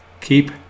Keep